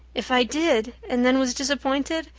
if i did and then was disappointed,